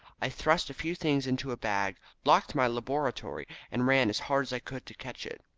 i thrust a few things into a bag, locked my laboratory, and ran as hard as i could to catch it.